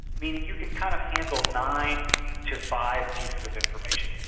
meaning you can kind of handle nine to five pieces of information.